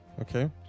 Okay